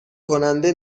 کننده